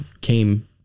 came